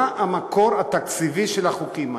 מה המקור התקציבי של החוקים האלה?